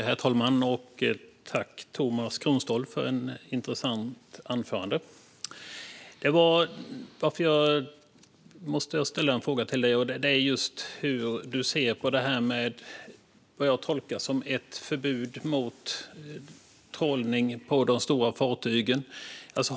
Herr talman! Tack, Tomas Kronståhl, för ett intressant anförande! Jag måste ställa en fråga till dig, och den gäller hur du ser på vad jag tolkar som ett förbud mot trålning på de stora fartygen.